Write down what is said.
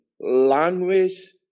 language